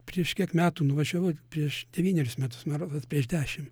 prieš kiek metų nuvažiavau prieš devynerius metus man rod kad prieš dešim